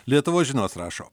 lietuvos žinios rašo